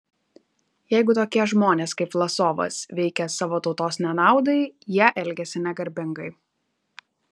jeigu tokie žmonės kaip vlasovas veikia savo tautos nenaudai jie elgiasi negarbingai